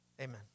Amen